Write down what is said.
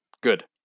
good